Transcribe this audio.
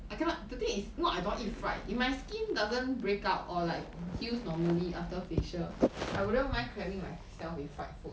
I cannot the thing is not that I don't want to eat fried if my skin doesn't break out or like heals normally after facial I wouldn't mind cramming my self with fried food